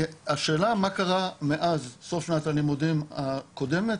השאלה מה קרה מאז סוף שנת הלימודים הקודמת